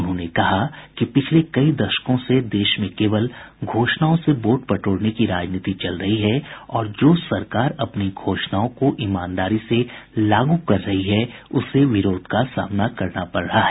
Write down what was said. उन्होंने कहा कि पिछले कई दशकों से देश में केवल घोषणाओं से वोट बटोरने की राजनीति चल रही है और जो सरकार अपनी घोषणाओं को ईमानदारी से लागू कर रही है उसे विरोध का सामना करना पड़ रहा है